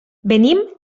venim